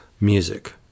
music